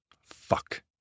Fuck